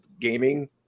gaming